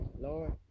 Lord